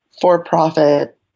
for-profit